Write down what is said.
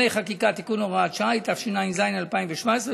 חקיקה) (תיקון והוראת שעה) התשע"ז 2017,